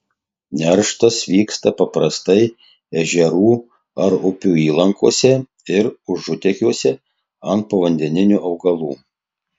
nerštas vyksta paprastai ežerų ar upių įlankose ir užutekiuose ant povandeninių augalų